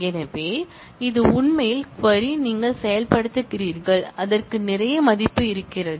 எனவே இது உண்மையில் க்வரி நீங்கள் செயல்படுத்துகிறீர்கள் அதற்கு நிறைய மதிப்பு இருக்கிறது